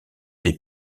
des